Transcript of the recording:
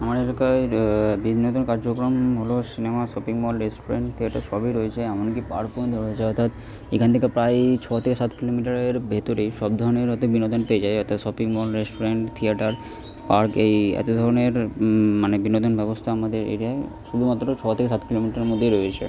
আমাদের এলাকায় বিনোদন কার্যক্রম হল cinema shopping mall restaurant theatre সবই রয়েছে এমনকি পার্ক পর্যন্ত রয়েছে অর্থাৎ এখান থেকে প্রায়ই ছ থেকে সাত কিলোমিটারের ভিতরে সব ধরনের হয়তো বিনোদন পেয়ে যাবে অর্থাৎ shopping mall restaurant theatre park এই এত ধরনের মানে বিনোদন ব্যবস্থা আমাদের এরিয়ায় শুধুমাত্র ছ থেকে সাত কিলোমিটারের মধ্যেই রয়েছে